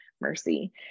mercy